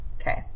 Okay